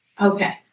Okay